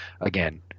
again